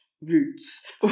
Roots